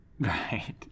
Right